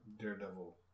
Daredevil